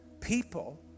People